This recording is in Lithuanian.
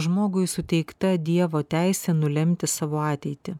žmogui suteikta dievo teisė nulemti savo ateitį